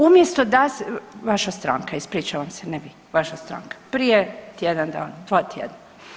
Umjesto da, vaša stranka, ispričavam se, ne vi, vaša stranka prije tjedan dana, 2 tjedna.